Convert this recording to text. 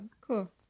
cool